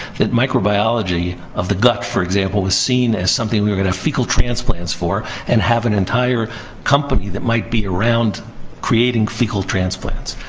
that microbiology of the gut, for example, was seen as something we were gonna have fecal transplants for and have an entire company that might be around creating fecal transplants.